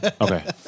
Okay